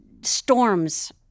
storms